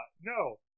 no